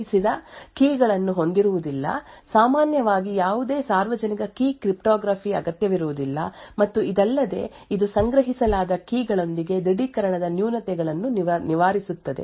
ಆದ್ದರಿಂದ physically unclonable functions ಸಾಧನಗಳನ್ನು ದೃಢೀಕರಿಸಲು ಬಳಸಬಹುದು ಇದು ಯಾವುದೇ ಸಂಗ್ರಹಿಸಿದ ಕೀ ಗಳನ್ನು ಹೊಂದಿರುವುದಿಲ್ಲ ಸಾಮಾನ್ಯವಾಗಿ ಯಾವುದೇ ಸಾರ್ವಜನಿಕ ಕೀ ಕ್ರಿಪ್ಟೋಗ್ರಫಿ ಅಗತ್ಯವಿರುವುದಿಲ್ಲ ಮತ್ತು ಇದಲ್ಲದೆ ಇದು ಸಂಗ್ರಹಿಸಲಾದ ಕೀ ಗಳೊಂದಿಗೆ ದೃಢೀಕರಣದ ನ್ಯೂನತೆಗಳನ್ನು ನಿವಾರಿಸುತ್ತದೆ